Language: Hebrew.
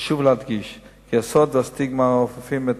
חשוב להדגיש כי הסוד והסטיגמה האופפים את